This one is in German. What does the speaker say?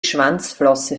schwanzflosse